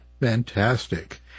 Fantastic